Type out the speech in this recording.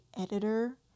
editor